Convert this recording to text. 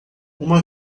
uma